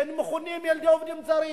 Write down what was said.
שהם מכונים ילדי עובדים זרים,